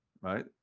right